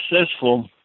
successful